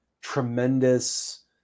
tremendous